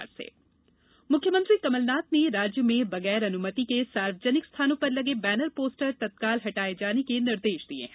banner poster मुख्यमंत्री कमलनाथ ने राज्य में बगैर अनुमति के सार्वजनिक स्थानों पर लगे बैनर पोस्टर तत्काल हटाए जाने के निर्देश दिए हैं